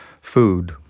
Food